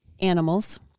animals